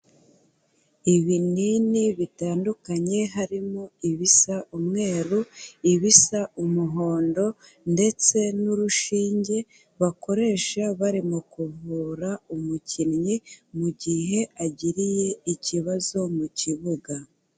Ibinini bitandukanye harimo ibisa umweru, ibisa umuhondo ndetse n'urushinge bakoresha barimo kuvura umukinnyi mu gihe agiriye ikibazo mu kibuga.